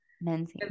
men's